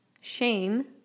Shame